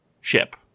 ship